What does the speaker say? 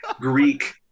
Greek